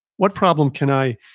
what problem can i